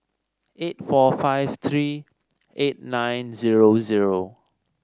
eight four five three eight nine zero zero